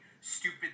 stupid